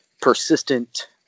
persistent